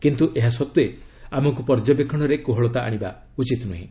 କିନ୍ତୁ ଏହା ସତ୍ତ୍ୱେ ଆମକୁ ପର୍ଯ୍ୟବେକ୍ଷଣରେ କୋହଳତା ଆଶିବା ଉଚିତ ନୁହେଁ